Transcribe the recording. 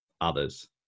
others